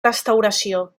restauració